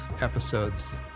episodes